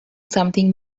something